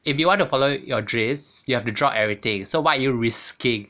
if you want to follow your dreams you have to drop everything so what you're risking